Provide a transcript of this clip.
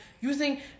using